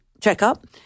checkup